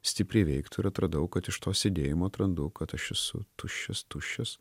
stipriai veiktų ir atradau kad iš to sėdėjimo atrandu kad aš esu tuščias tuščias